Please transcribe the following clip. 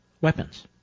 weapons